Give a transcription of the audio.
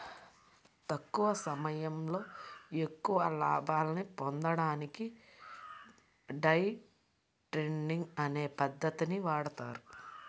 తక్కువ సమయంలో ఎక్కువ లాభాల్ని పొందడానికి డే ట్రేడింగ్ అనే పద్ధతిని వాడతారు